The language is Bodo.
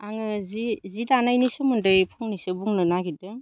आङो जि जि दानायनि सोमोन्दै फंनैसो बुंनो नागिरदों